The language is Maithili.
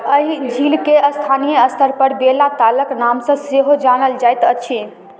एहि झीलके स्थानीय स्तरपर बेला तालके नामसँ सेहो जानल जाइत अछि